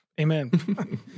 amen